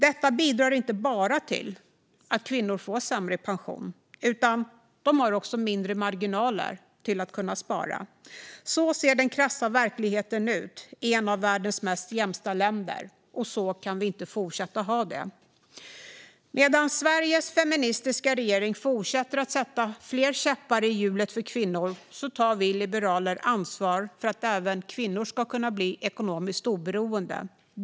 Detta bidrar inte bara till att kvinnor får sämre pension, utan de har också mindre marginaler till att kunna spara. Så ser den krassa verkligheten ut i ett av världens mest jämställda länder, och så kan vi inte fortsätta att ha det. Medan Sveriges feministiska regering fortsätter att sätta fler käppar i hjulet för kvinnor tar vi liberaler ansvar för att även kvinnor ska kunna bli ekonomiskt oberoende.